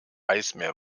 eismeer